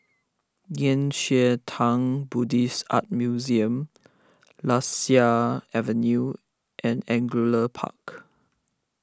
Nei Xue Tang Buddhist Art Museum Lasia Avenue and Angullia Park